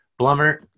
Blummer